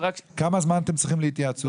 כמה זמן אתם צריכים להתייעצות?